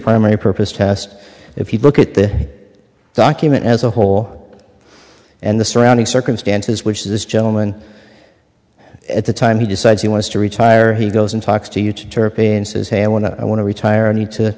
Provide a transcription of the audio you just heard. primary purpose test if you look at the document as a whole and the surrounding circumstances which this gentleman at the time he decides he wants to retire he goes and talks to you to turkey and says hey i want to i want to retire i need to